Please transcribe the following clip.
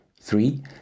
Three